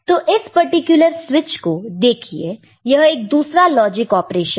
तो इस particular switch को देखिए यह एक दूसरा लॉजिक ऑपरेशन है